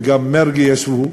וגם מרגי ישב.